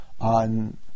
on